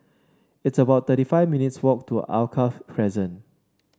it's about thirty five minutes' walk to Alkaff Crescent